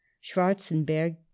Schwarzenberg